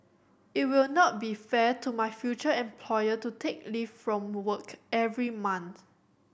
it will not be fair to my future employer to take leave from work every month